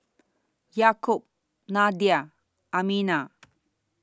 Yaakob Nadia Aminah